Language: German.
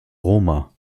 roma